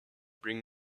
bring